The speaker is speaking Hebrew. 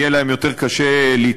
יהיה להם יותר קשה להתחמק.